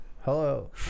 Hello